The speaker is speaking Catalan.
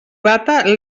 bata